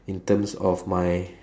in terms of my